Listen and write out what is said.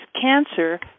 cancer